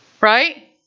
Right